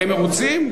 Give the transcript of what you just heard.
הם מרוצים?